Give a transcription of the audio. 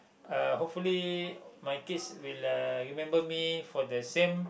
uh hopefully my kids will uh remember me for the same